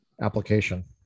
application